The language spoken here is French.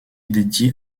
dédiées